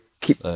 keep